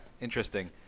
interesting